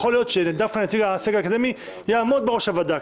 יכול להיות שדווקא נציג הסגל האקדמי יעמוד בראש הוועדה,